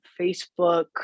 Facebook